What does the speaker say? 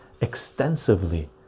extensively